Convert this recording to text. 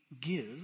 give